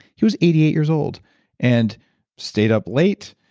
he was eighty eight years old and stayed up late,